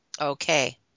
Okay